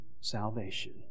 salvation